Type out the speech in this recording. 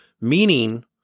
meaning